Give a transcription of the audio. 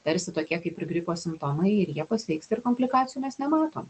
tarsi tokie kaip ir gripo simptomai ir jie pasveiksta ir komplikacijų mes nematom